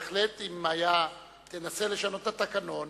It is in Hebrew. אבל בהחלט תנסה לשנות את התקנון